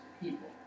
people